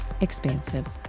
expansive